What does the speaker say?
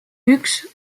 üks